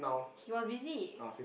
he was busy